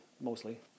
mostly